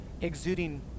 exuding